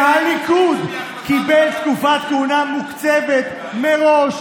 מהליכוד קיבל תקופת כהונה מוקצבת מראש.